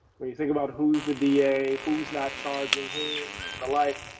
when you think about who's the da, who's not charging, who and the like,